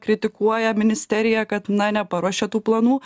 kritikuoja ministeriją kad na neparuošia tų planų